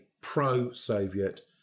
pro-Soviet